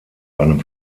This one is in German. einem